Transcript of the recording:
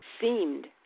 seemed